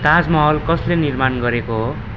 ताज महलको कसले निर्माण गरेको हो